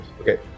Okay